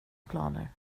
planer